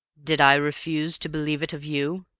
did i refuse to believe it of you?